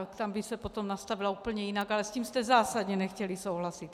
Tam by se potom nastavila úplně jinak, ale s tím jste zásadně nechtěli souhlasit.